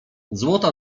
złota